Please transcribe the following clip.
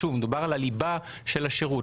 שוב, מדובר על הליבה של השירות.